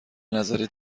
نظرت